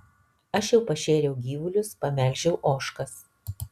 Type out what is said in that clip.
aš jau pašėriau gyvulius pamelžiau ožkas